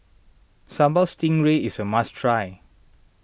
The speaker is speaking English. Sambal Stingray is a must try